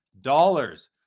dollars